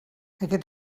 aquest